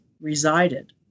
resided